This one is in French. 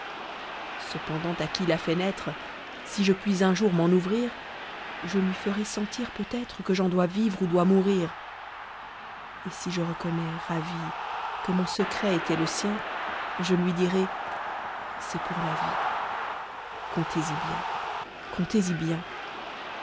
cependant à qui l'a fait naître si je puis un jour m'en ouvrir je lui ferai sentir peut-être que j'en dois vivre ou dois mourir et si je reconnais ravie que mon secret était le sien je lui dirai c'est pour la vie comptez-y bien comptez-y bien